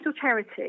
charity